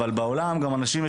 אבל בעולם גם אנשים,